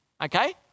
okay